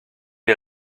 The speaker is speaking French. est